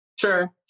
sure